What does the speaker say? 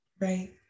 right